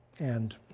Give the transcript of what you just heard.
and